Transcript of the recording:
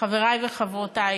חברי וחברותי,